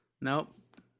nope